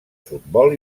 futbol